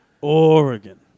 Oregon